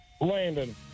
Landon